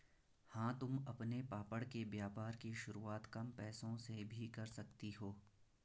हाँ तुम अपने पापड़ के व्यापार की शुरुआत कम पैसों से भी कर सकती हो